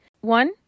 One